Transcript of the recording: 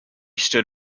stood